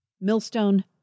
millstone